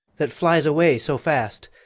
that flies away so fast?